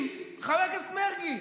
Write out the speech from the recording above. חבר הכנסת מרגי,